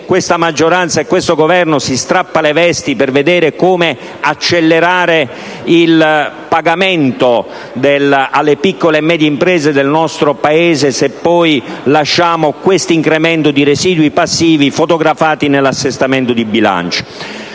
questa maggioranza e questo Governo si strappino le vesti per vedere come accelerare il pagamento alle piccole e medie imprese del nostro Paese se poi lasciamo questo incremento di residui passivi fotografati nell'assestamento di bilancio.